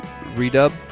redub